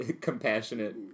Compassionate